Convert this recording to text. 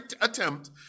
attempt